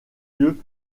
lieu